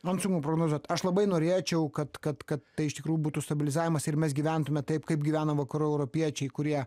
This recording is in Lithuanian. man sunku prognozuot aš labai norėčiau kad kad kad tai iš tikrųjų būtų stabilizavimas ir mes gyventume taip kaip gyvena vakarų europiečiai kurie